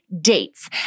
dates